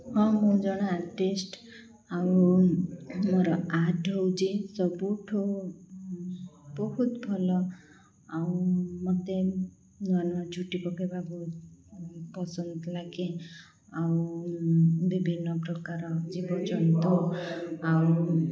ହଁ ମୁଁ ଜଣେ ଆର୍ଟିଷ୍ଟ ଆଉ ମୋର ଆର୍ଟ ହେଉଛି ସବୁଠୁ ବହୁତ ଭଲ ଆଉ ମୋତେ ନୂଆ ନୂଆ ଝୋଟି ପକେଇବା ବହୁତ ପସନ୍ଦ ଲାଗେ ଆଉ ବିଭିନ୍ନ ପ୍ରକାର ଜୀବଜନ୍ତୁ ଆଉ